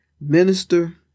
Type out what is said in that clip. minister